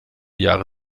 jahre